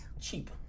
Cheap